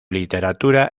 literatura